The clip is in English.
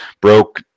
broke